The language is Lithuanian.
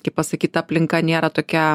kaip pasakyt aplinka nėra tokia